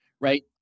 right